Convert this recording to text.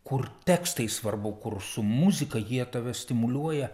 kur tekstai svarbu kur su muzika jie tave stimuliuoja